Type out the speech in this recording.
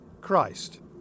Christ